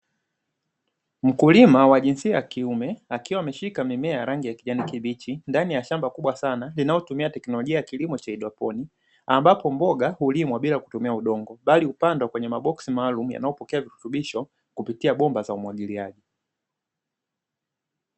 Mkulima wa jinsia ya kiume akiwa ameshika mimea ya rangi ya kijani kibichi ndani ya shamba kubwa sana linalotumia teknolojia ya kilimo cha hydroponi ambapo mboga hulimwa bila kutumia udongo, bali hupandwa kwenye maboksi maalumu yanayopokea virutubisho kupitia bomba za umwagiliaji.